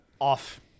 off